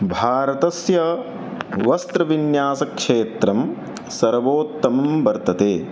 भारतस्य वस्त्रविन्यासक्षेत्रं सर्वोत्तमं वर्तते